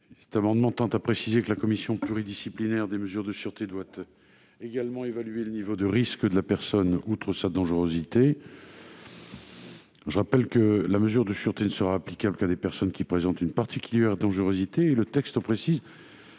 En effet, il tend à préciser que la commission pluridisciplinaire des mesures de sûreté doit également évaluer le niveau de risque de la personne, outre sa dangerosité. Je rappelle que la mesure de sûreté ne sera applicable qu'à des personnes qui présentent une particulière dangerosité ; le texte précise